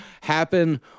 happen